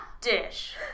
Dish